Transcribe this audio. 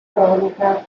cronica